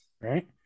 Right